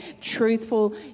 truthful